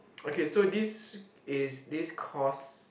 okay so this is this costs